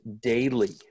daily